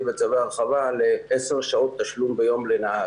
וצווי הרחבה ל-10 שעות תשלום ביום לנהג.